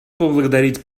поблагодарить